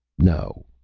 no,